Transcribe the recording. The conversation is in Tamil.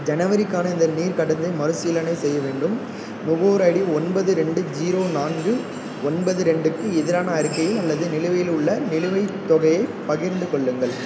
ஜனவரிக்கான எனது நீர் கட்டணத்தை மறுசீலனை செய்ய வேண்டும் நுகர்வோர் ஐடி ஒன்பது ரெண்டு ஜீரோ நான்கு ஒன்பது ரெண்டுக்கு எதிரான அறிக்கை அல்லது நிலுவையில் உள்ள நிலுவைத் தொகையைப் பகிர்ந்து கொள்ளுங்கள்